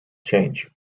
change